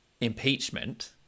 impeachment